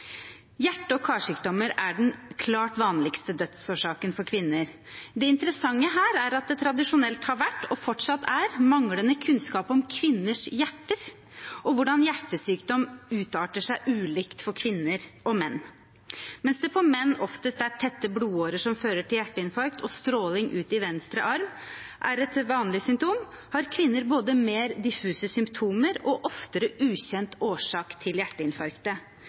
Hjerte- og karsykdommer er den klart vanligste dødsårsaken hos kvinner. Det interessante her er at det tradisjonelt har vært, og fortsatt er, manglende kunnskap om kvinners hjerter og hvordan hjertesykdom utarter seg ulikt hos kvinner og menn. Mens det for menn oftest er tette blodårer som fører til hjerteinfarkt, og stråling ut i venstre arm er et vanlig symptom, har kvinner både mer diffuse symptomer og oftere ukjent årsak til